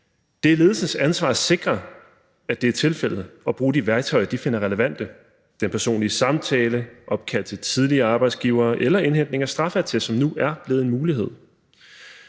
Det er ledelsens ansvar at sikre, at det er tilfældet, og bruge de værktøjer, som de finder relevante: den personlige samtale, opkald til tidligere arbejdsgivere eller indhentning af straffeattest, som nu er blevet en mulighed.